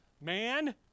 man